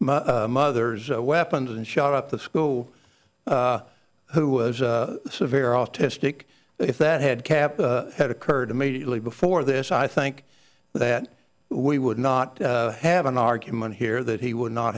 my mother's a weapon and shot up the school who was a severe autistic if that had kept had occurred immediately before this i think that we would not have an argument here that he would not